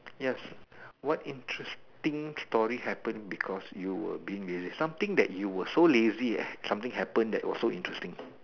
yes what interesting story happen because you were being lazy something that you were so lazy and something happen that was so interesting